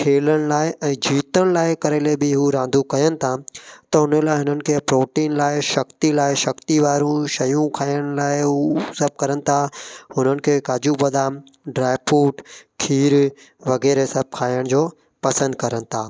खेलण लाइ ऐं जीतण लाइ करे ले बि हू रांदियूं करनि था त हुननि लाइ हुननि खे प्रोटीन लाइ शक्ति लाइ शक्ति वारियूं शयूं खाइण लाइ हू सभु करनि था हुननि खे काजू बदाम ड्राए फूट खीरु वग़ैरह सभु खाइण जो पसंदि करनि था